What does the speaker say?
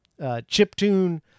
chiptune